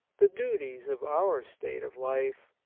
the duties of our state of life,